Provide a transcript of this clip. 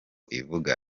ivuga